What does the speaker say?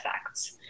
effects